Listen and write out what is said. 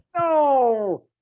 No